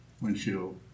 windshield